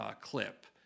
clip